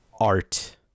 art